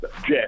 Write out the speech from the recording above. jet